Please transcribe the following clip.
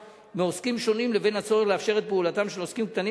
מעוסקים שונים לבין הצורך לאפשר את פעולתם של עוסקים קטנים